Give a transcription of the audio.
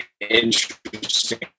interesting